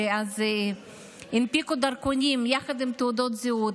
שאז הנפיקו דרכונים יחד עם תעודות זהות,